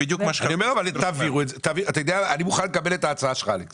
אני מוכן לקבל את ההצעה שלך, אלכס,